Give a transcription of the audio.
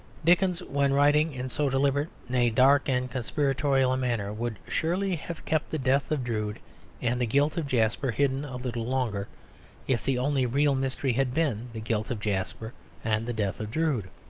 dickens, when writing in so deliberate, nay, dark and conspiratorial a manner, would surely have kept the death of drood and the guilt of jasper hidden a little longer if the only real mystery had been the guilt of jasper and the death of drood.